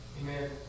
Amen